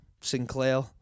Sinclair